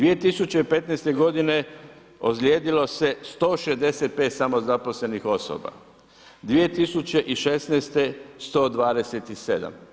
2015. godine ozlijedilo se 165 samozaposlenih osoba, 2016. 127.